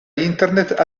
internet